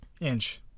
Inch